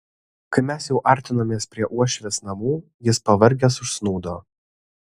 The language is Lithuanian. kai mes jau artinomės prie uošvės namų jis pavargęs užsnūdo